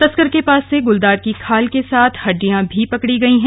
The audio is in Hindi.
तस्कर के पास से गुलदार की खाल के साथ हड्डियां भी पकडी गयी हैं